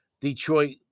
Detroit